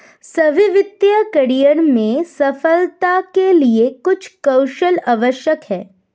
सभी वित्तीय करियर में सफलता के लिए कुछ कौशल आवश्यक हैं